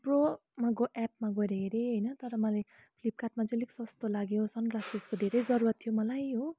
थुप्रो म ग एपमा गएर हेरेँ होइन तर मलाई फ्लिपकार्टमा चाहिँ अलिक सस्तो लाग्यो सनग्लासेसको धेरै जरुरत थियो मलाई हो